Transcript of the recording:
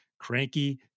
cranky